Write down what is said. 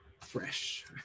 fresh